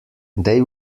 they